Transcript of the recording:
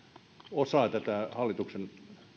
osa näitä hallituksen